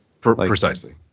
Precisely